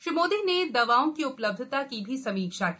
श्री मोदी ने दवाओं की उपलब्धता की भी समीक्षा की